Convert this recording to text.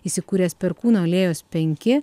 įsikūręs perkūno alėjos penki